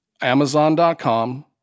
Amazon.com